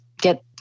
get